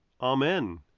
Amen